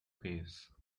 pace